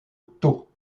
taux